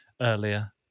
earlier